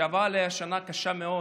שעברה עליה שנה קשה מאוד,